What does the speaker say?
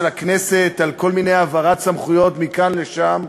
הכנסת על כל מיני העברת סמכויות מכאן לשם,